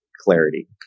clarity